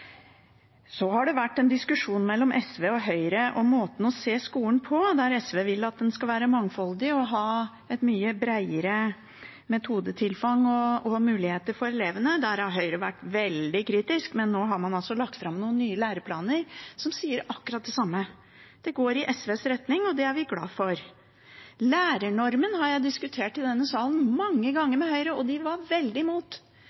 Så har det vært en diskusjon mellom SV og Høyre om måten å se skolen på, der SV vil at den skal være mangfoldig og ha et mye breiere metodetilfang og muligheter for elevene. Der har Høyre vært veldig kritisk, men nå har man altså lagt fram noen nye læreplaner som sier akkurat det samme. Det går i SVs retning, og det er vi glad for. Lærernormen har jeg diskutert i denne salen mange